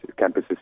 campuses